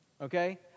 Okay